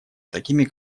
такими